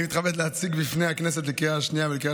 אני מתכבד להציג בפני הכנסת לקריאה השנייה ולקריאה